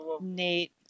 Nate